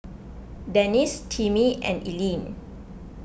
Denis Timmie and Eileen